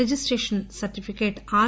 registration certificate are